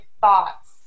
thoughts